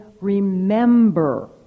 remember